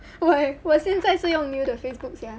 why 我现在是用 new 的 facebook sia